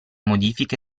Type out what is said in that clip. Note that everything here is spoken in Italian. modifica